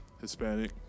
Hispanic